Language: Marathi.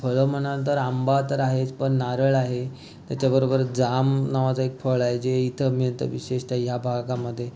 आणि फळं म्हणाल तर आंबा तर आहेच पण नारळ आहे त्याच्याबरोबर जाम नावाचं एक फळ आहे जे इथं मिळतं विशेषतः या भागामध्ये